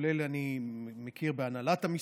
כולל שאני מכיר בהנהלת המשרד,